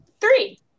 three